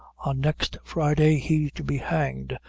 on next friday he's to be hanged,